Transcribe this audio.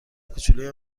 کوچولوی